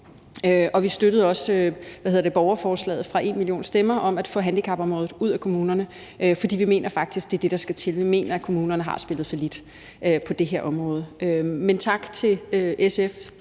og vi støttede også borgerforslaget fra #enmillionstemmer om at få handicapområdet ud af kommunerne, for vi mener faktisk, at det er det, der skal til. Vi mener, at kommunerne har spillet fallit på det her område. Men tak til SF